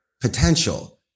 potential